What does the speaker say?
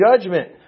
judgment